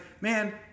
man